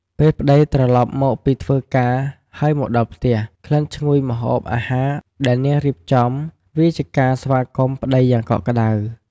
ពេលប្តីត្រឡប់មកពីធ្វើការហើយមកដល់ផ្ទះ ក្លិនឈ្ងុយម្ហូបអាហារដែលនាងរៀបចំ វាជាការស្វាគមន៍ប្ដីយ៉ាងកក់ក្ដៅ។